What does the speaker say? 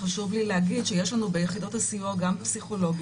חשוב לי להגיד שיש לנו ביחידת הסיוע גם פסיכולוגים.